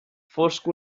fosc